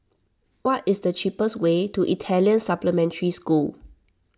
what is the cheapest way to Italian Supplementary School